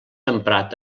emprat